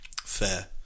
Fair